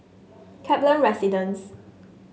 Kaplan Residence